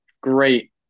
great